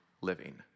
living